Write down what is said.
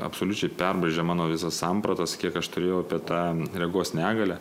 absoliučiai perlaužė mano visas sampratas kiek aš turėjau apie tą regos negalią